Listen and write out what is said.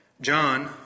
John